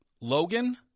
Logan